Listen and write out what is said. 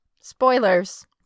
spoilers